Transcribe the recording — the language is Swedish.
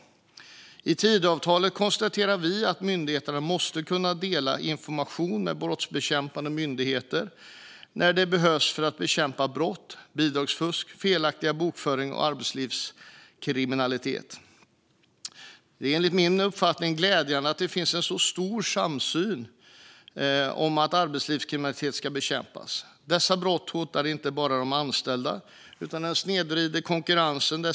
I Tidöavtalet konstaterar vi att myndigheterna måste kunna dela information med brottsbekämpande myndigheter när det behövs för att bekämpa brott, bidragsfusk, felaktig bokföring och arbetslivskriminalitet. Det är glädjande att det finns en så stor samsyn om att arbetslivskriminalitet ska bekämpas. Dessa brott hotar inte bara de anställda utan snedvrider även konkurrensen.